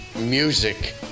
music